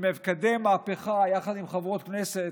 הוא מקדם מהפכה יחד עם חברות הכנסת,